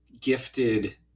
gifted